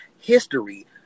history